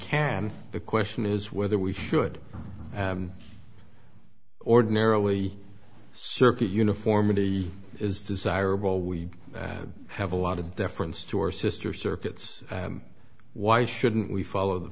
can the question is whether we should ordinarily circuit uniformity is desirable we have a lot of deference to our sister circuits why shouldn't we follow the